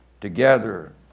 together